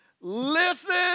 Listen